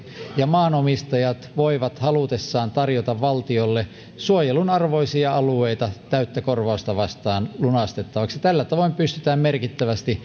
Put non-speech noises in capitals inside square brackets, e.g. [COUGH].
ja maanomistajat voivat halutessaan tarjota valtiolle suojelun arvoisia alueita täyttä korvausta vastaan lunastettavaksi tällä tavoin pystytään merkittävästi [UNINTELLIGIBLE]